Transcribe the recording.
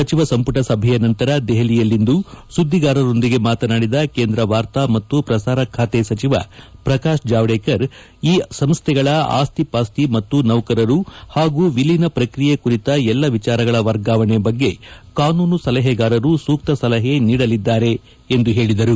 ಸಚಿವ ಸಂಪುಟ ಸಭೆಯ ನಂತರ ದೆಹಲಿಯಲ್ಲಿಂದು ಸುದ್ದಿಗಾರರೊಂದಿಗೆ ಮಾತನಾಡಿದ ಕೇಂದ್ರ ವಾರ್ತಾ ಹಾಗೂ ಪ್ರಸಾರ ಖಾತೆ ಸಚಿವ ಪ್ರಕಾಶ್ ಜಾವಡೇಕರ್ ಈ ಸಂಸ್ಥೆಗಳ ಆಸ್ತಿ ಪಾಸ್ತಿ ಮತ್ತು ನೌಕರರು ಹಾಗೂ ಎಲೀನ ಪ್ರಕ್ರಿಯೆ ಕುರಿತ ಎಲ್ಲ ವಿಚಾರಗಳ ವರ್ಗಾವಣೆ ಬಗ್ಗೆ ಕಾನೂನು ಸಲಹೆಗಾರರು ಸೂಕ್ತ ಸಲಹೆ ನೀಡಲಿದ್ದಾರೆ ಎಂದು ಹೇಳಿದರು